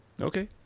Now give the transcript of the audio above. Okay